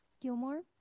Gilmore